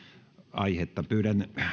aihetta pyydän